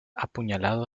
apuñalado